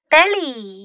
Belly